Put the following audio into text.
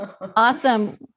awesome